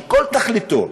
שכל תכליתו,